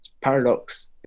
Paradox